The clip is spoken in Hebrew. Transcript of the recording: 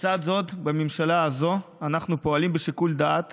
לצד זאת, בממשלה הזאת אנחנו פועלים בשיקול דעת